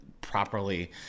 properly